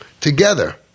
together